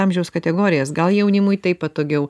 amžiaus kategorijas gal jaunimui taip patogiau